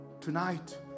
tonight